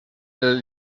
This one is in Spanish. del